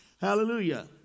Hallelujah